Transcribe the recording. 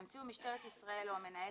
ימציאו משטרת ישראל או המנהל,